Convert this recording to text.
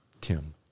Tim